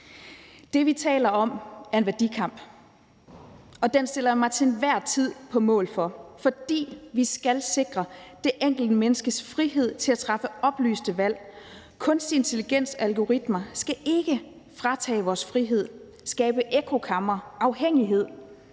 Det, vi taler om, er en værdikamp, og den står jeg til enhver tid på mål for, for vi skal sikre det enkelte menneskes frihed til at træffe oplyste valg. Kunstig intelligens og algoritmer skal ikke fratage os vores frihed og skabe ekkokamre og afhængighed